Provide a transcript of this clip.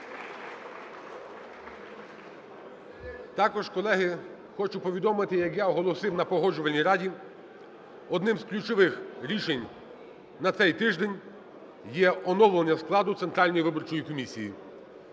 Також, колеги, хочу повідомити, як я оголосив на Погоджувальній раді, одним з ключових рішень на цей тиждень є оновлення складу Центральної виборчої комісії.